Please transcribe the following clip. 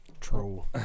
Troll